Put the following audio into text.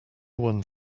one